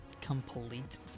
complete